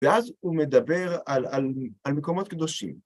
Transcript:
ואז הוא מדבר על מקומות קדושים.